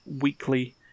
Weekly